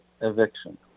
eviction